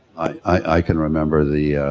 i, i, i, i, i can remember the,